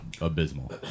abysmal